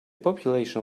population